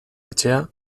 etxea